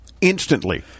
instantly